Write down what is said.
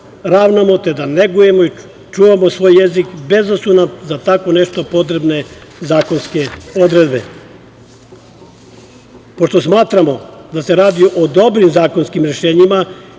ravnamo, te da negujemo i čuvamo svoj jezik, bez da su nam za tako nešto potrebne zakonske odredbe. Pošto smatramo da se radi o dobrim zakonskim rešenjima,